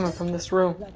from this room.